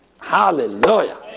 Hallelujah